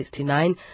1969